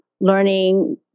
learning